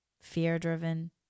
fear-driven